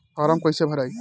Form कईसे भराई?